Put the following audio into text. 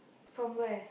from where